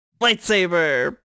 Lightsaber